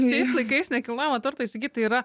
šiais laikais nekilnojamą turtą įsigyt tai yra